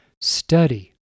Study